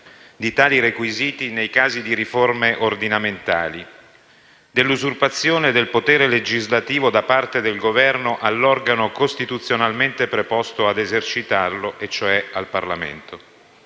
di tali requisiti nei casi di riforme ordinamentali, dell'usurpazione da parte del Governo del potere legislativo all'organo costituzionalmente preposto ad esercitarlo e cioè al Parlamento.